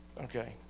Okay